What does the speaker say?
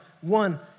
one